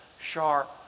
sharp